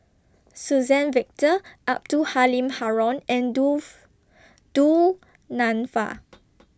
Suzann Victor Abdul Halim Haron and Du Du Nanfa